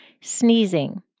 sneezing